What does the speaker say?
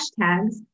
hashtags